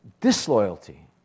Disloyalty